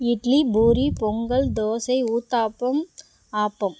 idli puri pongal dosa uttapam appam